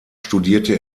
studierte